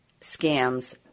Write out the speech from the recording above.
scams